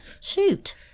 Shoot